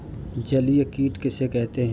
जलीय कीट किसे कहते हैं?